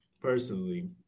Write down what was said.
personally